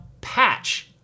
patch